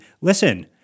listen